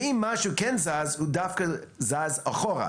אם משהו כן זז, הוא דווקא זז אחורה.